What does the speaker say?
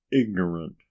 ignorant